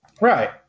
Right